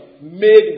made